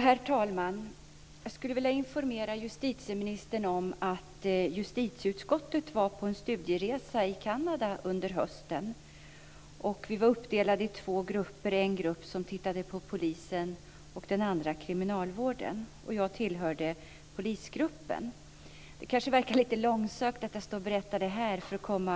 Herr talman! Jag skulle vilja informera justitieministern om att justitieutskottet har varit på en studieresa i Kanada under hösten. Vi var uppdelade i två grupper, en grupp som tittade på polisens verksamhet och en som tittade på kriminalvårdens. Jag tillhörde den grupp som tittade på polisens verksamhet. Det kanske verkar lite långsökt att jag står och berättar det här